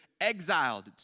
exiled